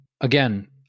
again